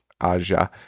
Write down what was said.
Aja